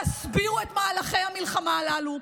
הסבירו את מהלכי המלחמה הללו,